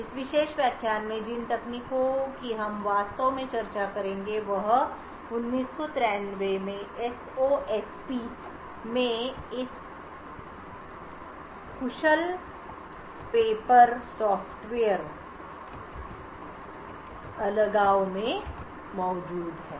इस विशेष व्याख्यान में जिन तकनीकों की हम वास्तव में चर्चा करेंगे वह 1993 में एसओएसपी SOSP में इस पेपर कुशल सॉफ्टवेयर फॉल्ट अलगाव में मौजूद है